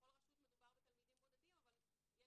בכל רשות מדובר בתלמידים בודדים אבל יש